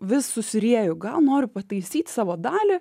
vis susirieju gal noriu pataisyti savo dalį